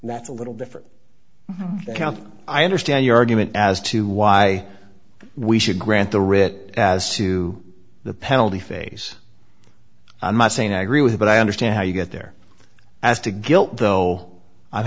that's a little different the count i understand your argument as to why we should grant the writ as to the penalty phase i'm not saying i agree with but i understand how you get there as to guilt though i'm